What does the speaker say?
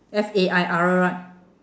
F A I R right